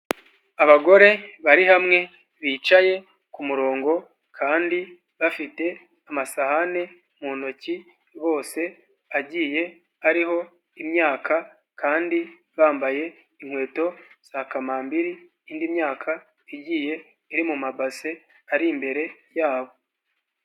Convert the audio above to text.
Abagore bari hamwe bicaye ku murongo kandi bafite amasahani mu ntoki bose, hagiye hariho imyaka kandi bambaye inkweto za kamambiri, indi myaka igiye iri mu mabase ari imbere yabo.